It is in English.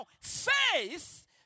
faith